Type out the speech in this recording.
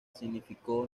significó